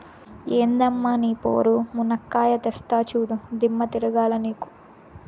ఎందమ్మ నీ పోరు, మునక్కాయా తెస్తా చూడు, దిమ్మ తిరగాల నీకు